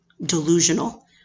delusional